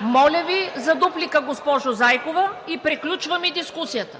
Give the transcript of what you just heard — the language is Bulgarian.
Моля Ви за дуплика, госпожо Зайкова, и приключваме дискусията